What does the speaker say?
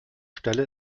stelle